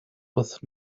with